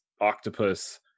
octopus